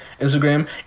instagram